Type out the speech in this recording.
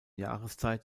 jahreszeit